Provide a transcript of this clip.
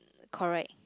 correct